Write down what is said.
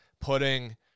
putting